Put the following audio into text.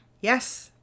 yes